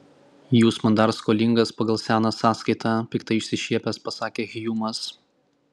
jūs man dar skolingas pagal seną sąskaitą piktai išsišiepęs pasakė hjumas